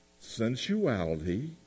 sensuality